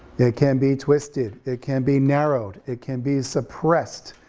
yeah it can be twisted, it can be narrowed, it can be suppressed,